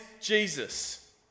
Jesus